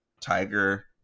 Tiger